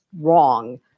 wrong